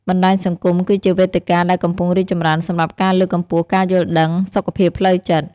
បណ្តាញសង្គមគឺជាវេទិកាដែលកំពុងរីកចម្រើនសម្រាប់ការលើកកម្ពស់ការយល់ដឹងសុខភាពផ្លូវចិត្ត។